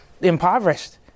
impoverished